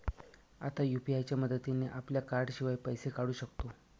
आता यु.पी.आय च्या मदतीने आपल्या कार्डाशिवाय पैसे काढू शकतो